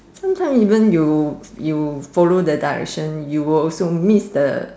sometimes even you you follow the direction you will also miss the